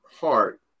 heart